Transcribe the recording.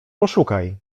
poszukaj